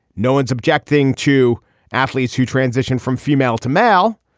no one's objecting to athletes who transition from female to male.